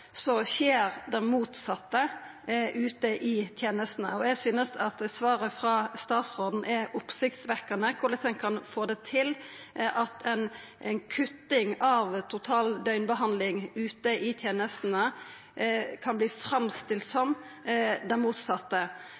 skjer det motsette ute i tenestene. Eg synest at svaret frå statsråden er oppsiktsvekkjande – korleis ei kutting av total døgnbehandling ute i tenestene kan framstillast som det motsette. Og når ein